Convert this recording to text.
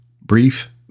brief